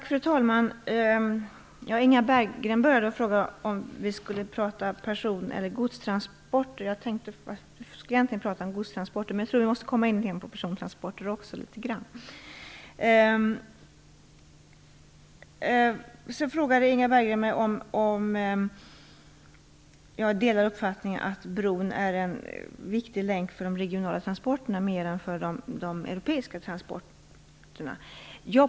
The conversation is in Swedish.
Fru talman! Inga Berggren började med att fråga om vi skulle tala om person eller godstransporter. Vi skulle egentligen tala om godstransporter, men jag tror att vi också kommer in på persontransporter litet grand. Inga Berggren frågade mig också om jag delade uppfattningen att bron mer är en viktig länk för de regionala transporterna än för de europeiska transporterna.